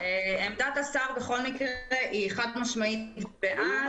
עמדת השר היא חד-משמעית בעד.